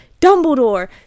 Dumbledore